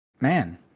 man